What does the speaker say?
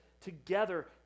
together